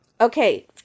Okay